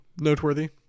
noteworthy